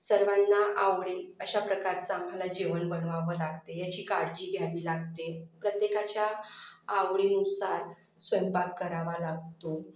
सर्वांना आवडेल अशा प्रकारचं आम्हाला जेवण बनवावं लागते याची काळजी घ्यावी लागते प्रत्येकाच्या आवडीनुसार स्वयंपाक करावा लागतो